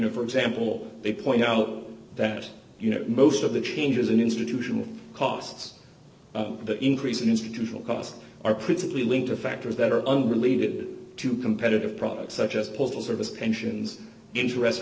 know for example they point out that you know most of the changes in institutional costs the increase in institutional costs are principally linked to factors that are unbelievable to competitive products such as postal service pensions interest